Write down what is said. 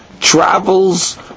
travels